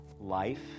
life